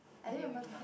okay maybe not